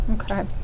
okay